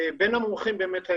בין המומחים היה